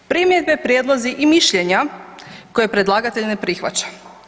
Primjedbe i prijedlozi i mišljenja koje predlagatelj ne prihvaća.